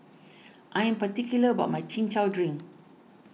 I am particular about my Chin Chow Drink